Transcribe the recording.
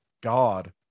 God